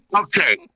okay